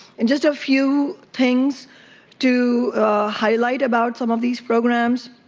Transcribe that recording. and just a few things to highlight, about some of these programs,